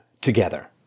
together